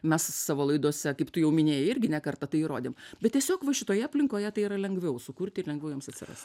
mes savo laidose kaip tu jau minėjau irgi ne kartą tai įrodėm bet tiesiog va šitoje aplinkoje tai yra lengviau sukurti ir lengviau jiems atsirast